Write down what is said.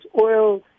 oil